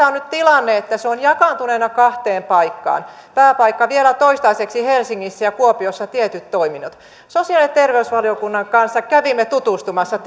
on nyt tilanne että se on jakaantuneena kahteen paikkaan pääpaikka vielä toistaiseksi helsingissä ja kuopiossa tietyt toiminnot sosiaali ja terveysvaliokunnan kanssa kävimme tutustumassa